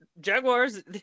Jaguars